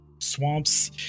swamps